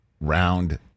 round